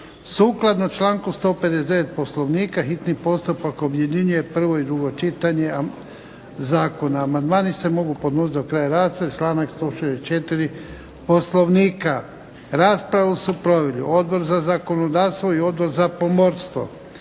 Sukladno članku 159. Poslovnika hitni postupak objedinjuje prvo i drugo čitanje zakona. Amandmani se mogu podnositi do kraja rasprave, članaka 164. Poslovnika. Raspravu su proveli Odbor za zakonodavstvo i Odbor za pomorstvo.